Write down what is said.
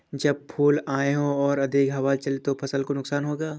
जब फूल आए हों और अधिक हवा चले तो फसल को नुकसान होगा?